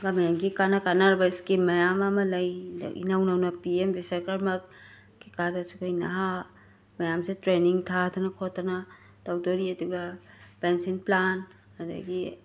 ꯒꯣꯃꯦꯟꯒꯤ ꯀꯥꯅ ꯀꯥꯅꯔꯕ ꯁ꯭ꯀꯤꯝ ꯃꯌꯥꯝ ꯑꯃ ꯂꯩ ꯏꯅꯧꯅꯧꯅ ꯄꯤ ꯑꯦꯝ ꯕꯤꯁꯥꯀꯔꯃ ꯀꯩꯀꯥꯗꯁꯨ ꯑꯩꯈꯣꯏ ꯅꯍꯥ ꯃꯌꯥꯝꯁꯦ ꯇ꯭ꯔꯦꯅꯤꯡ ꯊꯥꯗꯅ ꯈꯣꯠꯇꯅ ꯇꯧꯗꯣꯔꯤ ꯑꯗꯨꯒ ꯄꯦꯟꯖꯤꯟ ꯄ꯭ꯂꯥꯟ ꯑꯗꯒꯤ